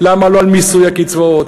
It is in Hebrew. למה לא על מיסוי הקצבאות,